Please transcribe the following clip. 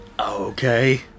Okay